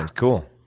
and cool.